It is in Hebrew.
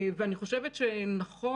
לא סביר.